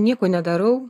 nieko nedarau